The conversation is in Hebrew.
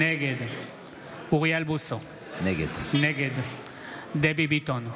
נגד אוריאל בוסו, נגד דבי ביטון,